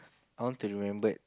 I want to remembered